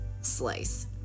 slice